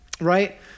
right